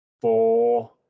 four